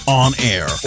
on-air